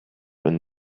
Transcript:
when